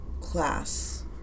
class